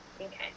Okay